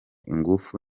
ingufu